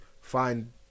find